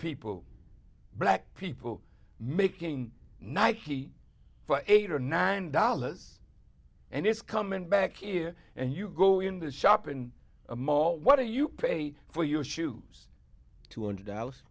people black people making nike for eight or nine dollars and it's coming back here and you go in the shop in a mall what do you pay for your shoes two hundred dollars